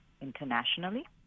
internationally